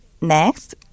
Next